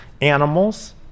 animals